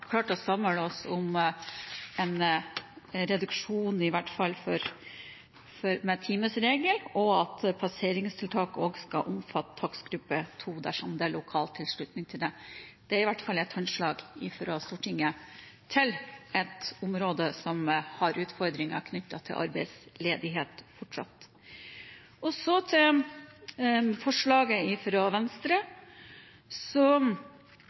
klart å samle oss om en reduksjon, i hvert fall timesregel, og at et passeringstak også skal omfatte takstgruppe 2 dersom det er lokal tilslutning til det. Det er i hvert fall et håndslag fra Stortinget til et område som fortsatt har utfordringer knyttet til arbeidsledighet. Så til forslaget fra Venstre.